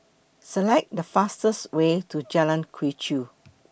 Select The fastest Way to Jalan Quee Chew